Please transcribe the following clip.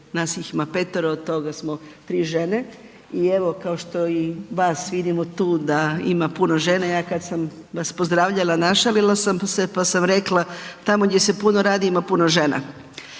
nas ima petero, od toga smo tri žene. I evo kao što i vas vidimo tu da ima puno žena, ja kada sam vas pozdravljala našalila sam se, pa sam rekla: „Tamo gdje se puno radi ima puno žena.“